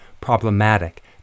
problematic